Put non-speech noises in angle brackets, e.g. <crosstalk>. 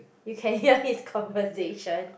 you can <laughs> hear his conversation